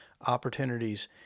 opportunities